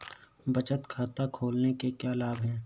बचत खाता खोलने के क्या लाभ हैं?